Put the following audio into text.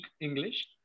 english